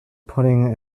putting